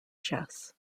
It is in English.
chess